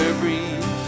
breathe